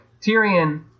Tyrion